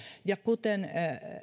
ja kuten